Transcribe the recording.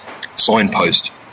signpost